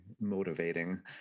motivating